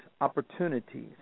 opportunities